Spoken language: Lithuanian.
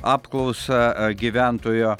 apklausą gyventojo